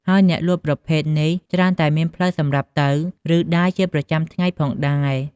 ហើយអ្នកលក់ប្រភេទនេះ ច្រើនតែមានផ្លូវសម្រាប់ទៅ ឬដើរជាប្រចាំថ្ងៃផងដែរ។